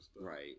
Right